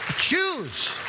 Choose